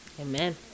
Amen